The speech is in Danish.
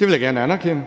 Det vil jeg gerne anerkende.